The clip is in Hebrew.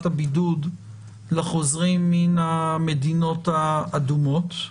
הבידוד לחוזרים מן המדינות האדומות.